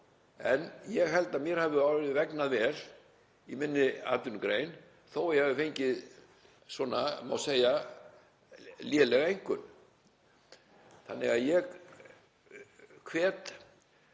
En ég held að mér hafi vegnað vel í minni atvinnugrein, þótt ég hafi fengið svona, má segja, lélega einkunn. Ég hvet